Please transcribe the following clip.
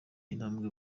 intambwe